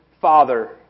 father